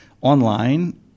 online